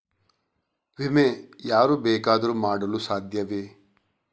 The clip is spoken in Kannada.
ವಿಮೆ ಯಾರು ಬೇಕಾದರೂ ಮಾಡಲು ಸಾಧ್ಯವೇ?